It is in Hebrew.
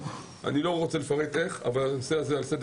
אני לא רוצה לפרט איך אבל הנושא הזה על סדר